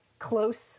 close